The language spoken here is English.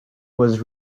was